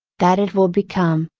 that it will become,